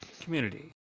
community